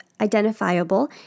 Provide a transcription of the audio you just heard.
identifiable